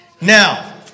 Now